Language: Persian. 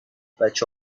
بچه